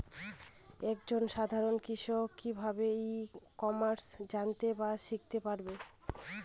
এক জন সাধারন কৃষক কি ভাবে ই কমার্সে জানতে বা শিক্ষতে পারে?